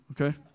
okay